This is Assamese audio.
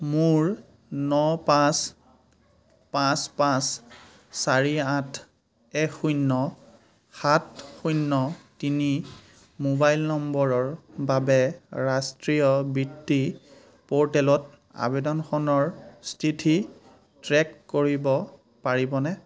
মোৰ ন পাঁচ পাঁচ পাঁচ চাৰি আঠ এক শূন্য় সাত শূন্য তিনি মোবাইল নম্বৰৰ বাবে ৰাষ্ট্ৰীয় বৃত্তি প'ৰ্টেলত আবেদনখনৰ স্থিতি ট্ৰে'ক কৰিব পাৰিবনে